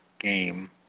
game